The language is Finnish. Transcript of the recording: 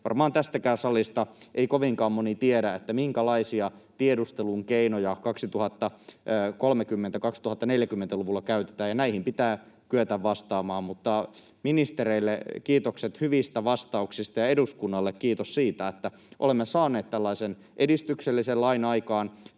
varmaan tästäkään salista ei kovinkaan moni tiedä, minkälaisia tiedustelun keinoja 2030—2040-luvuilla käytetään, ja näihin pitää kyetä vastamaan. Mutta ministereille kiitokset hyvistä vastauksista ja eduskunnalle kiitos siitä, että olemme saaneet tässä talossa aikaan